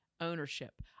ownership